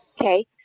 okay